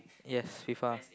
yes with us